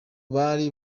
bari